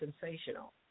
sensational